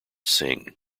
singh